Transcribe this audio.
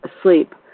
asleep